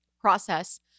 process